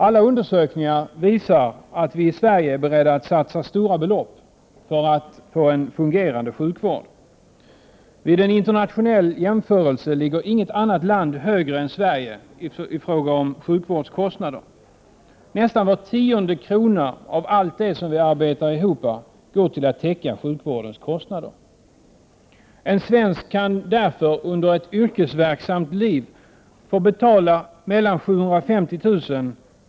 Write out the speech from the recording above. Alla undersökningar visar att vi i Sverige är beredda att satsa stora belopp för att få en fungerande sjukvård. Vid en internationell jämförelse ligger inget land högre än Sverige i fråga om sjukvårdskostnader. Nästan var tionde krona av allt vi arbetar ihop går till att täcka sjukvårdens kostnader. En svensk kan under ett yrkesverksamt liv få betala mellan 750 000 kr.